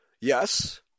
Yes